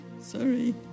sorry